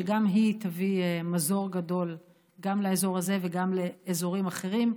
שגם היא תביא מזור גדול גם לאזור הזה וגם לאזורים אחרים.